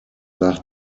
nach